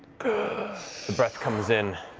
ah breath comes in.